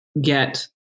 get